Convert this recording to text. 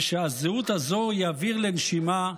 ושהזהות הזאת היא אוויר לנשימה,